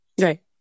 right